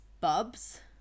Bubs